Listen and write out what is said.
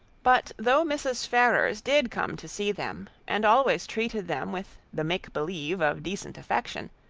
but though mrs. ferrars did come to see them, and always treated them with the make-believe of decent affection,